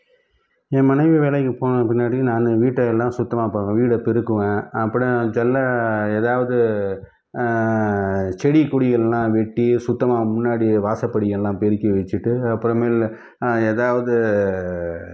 என் மனைவி வேலைக்கு போனதுக்கு பின்னாடி நான் வீட்டை எல்லாம் சுத்தமாக அப்புறம் வீடை பெருக்குவேன் அப்புறம் எதாவது செடி கொடிகள்லாம் வெட்டி சுத்தமாக முன்னாடி வாசல்படியெல்லாம் பெருக்கி வச்சுட்டு அப்புறமேல் எதாவது